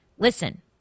Listen